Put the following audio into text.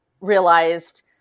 realized